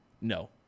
No